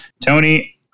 Tony